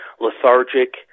lethargic